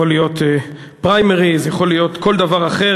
יכול להיות פריימריז, יכול להיות כל דבר אחר.